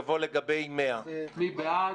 יבוא: "על 100". מי בעד?